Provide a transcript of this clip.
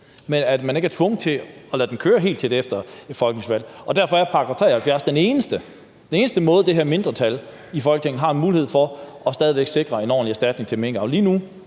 Man er ikke tvunget til at lade det køre helt til efter et folketingsvalg. Derfor er § 73 den eneste måde, det her mindretal i Folketinget stadig væk har en mulighed for at sikre en ordentlig erstatning til minkavlerne.